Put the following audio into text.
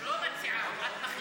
את לא מציעה, את מחליטה.